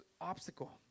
obstacle